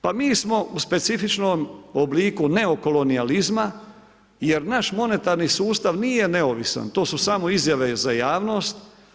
Pa mi smo u specifičnom obliku neokolonijalizma, jer naš monetarni sustav nije neovisan, to su samo izjave za javnost.